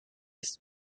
ist